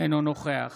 אינו נוכח